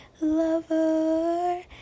Lover